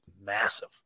massive